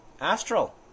astral